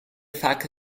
effect